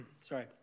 sorry